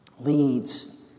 leads